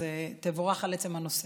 אז תבורך על עצם הנושא.